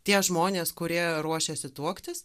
tie žmonės kurie ruošiasi tuoktis